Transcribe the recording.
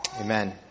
Amen